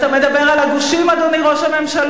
אתה מדבר על הגושים, אדוני ראש הממשלה?